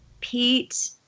Pete